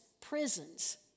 prisons